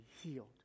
healed